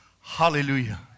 Hallelujah